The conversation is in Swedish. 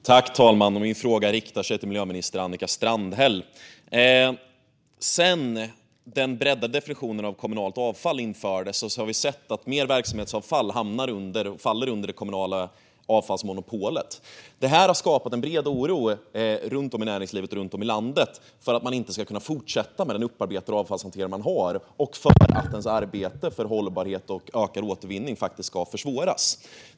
Fru talman! Min fråga riktar sig till miljöminister Annika Strandhäll. Sedan den breddade definitionen av kommunalt avfall infördes har vi sett att mer verksamhetsavfall faller under det kommunala avfallsmonopolet. Detta har skapat bred oro runt om i näringslivet och runt om i landet för att man inte ska kunna fortsätta med den upparbetade avfallshantering man har och för att ens arbete för hållbarhet och ökad återvinning ska försvåras.